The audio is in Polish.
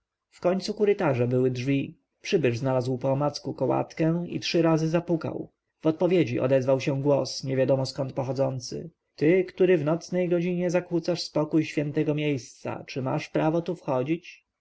w końcu korytarza były drzwi przybysz znalazł poomacku kołatkę i trzy razy zapukał w odpowiedzi odezwał się głos niewiadomo skąd pochodzący ty który w nocnej godzinie zakłócasz spokój świętego miejsca czy masz prawo tu wchodzić